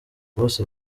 bose